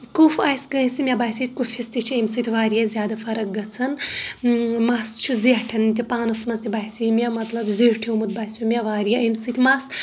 کُف آسہِ کٲنٛسہِ مےٚ باسے کُفِس تہِ چھِ امہِ سۭتۍ واریاہ زیادٕ فرق گژھان مس چھُ زیٹھن تہِ پانس منٛز تہِ باسے مےٚ مطلب زیٹھیٚومُت باسیو مےٚ واریاہ امہِ سۭتۍ مس